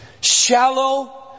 shallow